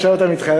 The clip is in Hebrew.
עכשיו אתה מתחרט?